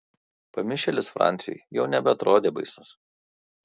pamišėlis franciui jau nebeatrodė baisus